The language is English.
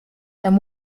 then